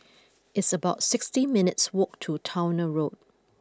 it's about sixty minutes' walk to Towner Road